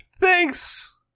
Thanks